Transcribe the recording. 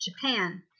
Japan